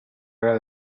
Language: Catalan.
gra